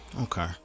Okay